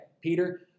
Peter